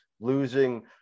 losing –